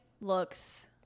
looks